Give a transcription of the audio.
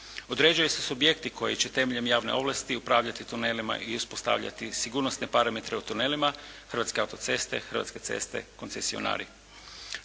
Određuju se subjekti koji će temeljem javne ovlasti upravljati tunelima i ispostavljati sigurnosne parametre u tunelima Hrvatske autoceste, Hrvatske ceste, koncesionari.